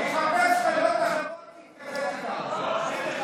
שיחפש מפלגות אחרות להתקזז איתן.